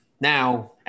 now